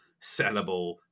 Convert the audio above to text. sellable